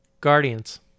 Guardians